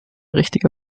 richtige